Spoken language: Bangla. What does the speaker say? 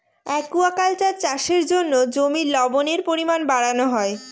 একুয়াকালচার চাষের জন্য জমির লবণের পরিমান বাড়ানো হয়